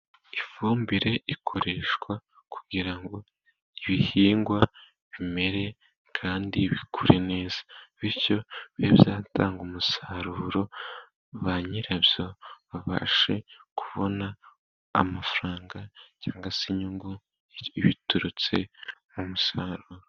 Ifumbire ikoreshwa kugira ngo ibihingwa bimere kandi bikure neza, bityo bizatanga umusaruro ba nyirabyo baba babashe kubona amafaranga, cyangwa se inyungu biturutse ku umusaruro.